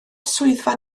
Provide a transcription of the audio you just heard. swyddfa